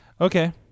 Okay